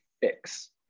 fix